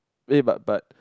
eh but but